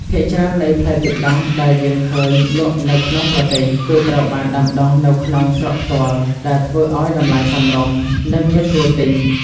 ភាគច្រើននៃផ្លែទឹកដោះដែលយើងឃើញលក់នៅក្នុងប្រទេស គឺត្រូវបានដាំដុះនៅក្នុងស្រុកផ្ទាល់ ដែលធ្វើឲ្យតម្លៃសមរម្យ និងងាយស្រួលទិញ។